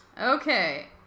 Okay